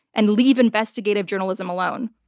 and leave investigative journalism alone.